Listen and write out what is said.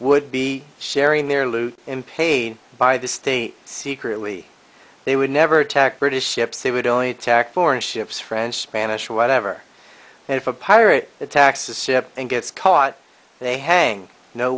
would be sharing their loot in paid by the state secretly they would never attack british ships they would only attack foreign ships french spanish whatever and if a pirate attacks is ship and gets caught they hang no